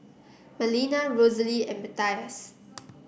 Marlena Rosalee and Mathias